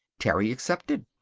terry accepted.